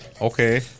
Okay